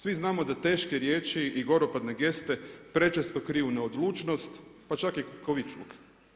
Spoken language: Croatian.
Svi znamo da teške riječi i goropadne geste prečesto kriju neodlučnost, pa čak i kukavičluk.